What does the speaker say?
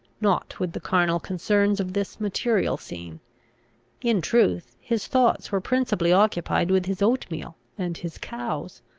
not with the carnal concerns of this material scene in truth, his thoughts were principally occupied with his oatmeal and his cows.